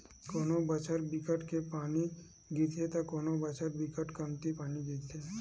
कोनो बछर बिकट के पानी गिरथे त कोनो बछर बिकट कमती पानी गिरथे